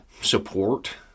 support